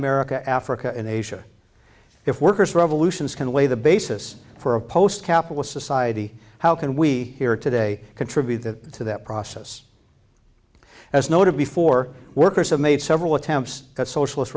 america africa and asia if workers revolutions can lay the basis for a post capital society how can we here today contribute that to that process as noted before workers have made several attempts at socialist